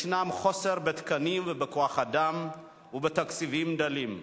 יש חוסר בתקנים ובכוח-אדם והתקציבים דלים.